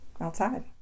outside